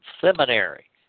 Seminary